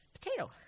potato